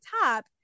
top